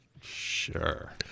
Sure